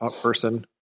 person